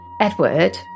Edward